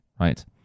right